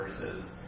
versus